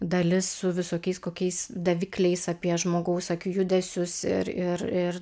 dalis su visokiais kokiais davikliais apie žmogaus akių judesius ir ir ir